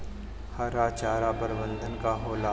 हरा चारा प्रबंधन का होला?